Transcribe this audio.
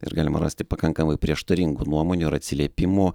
ir galima rasti pakankamai prieštaringų nuomonių ir atsiliepimų